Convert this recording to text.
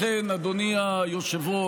לכן, אדוני היושב-ראש,